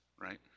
right